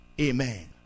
Amen